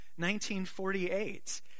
1948